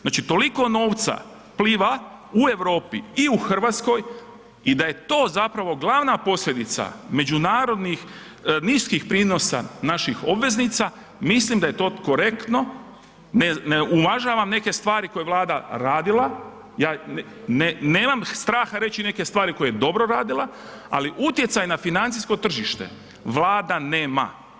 Znači toliko novca pliva u Europi i u Hrvatskoj i da je to zapravo glavna posljedica međunarodnih niskih prinosa naših obveznica, mislim da je to korektno, ne uvažavam neke stvari koje je Vlada radila, nemam straha reći i neke stvari koje je dobro radila ali utjecaj na financijsko tržište Vlada nema.